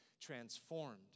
transformed